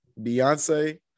Beyonce